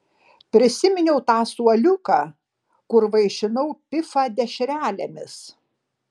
prisiminiau tą suoliuką kur vaišinau pifą dešrelėmis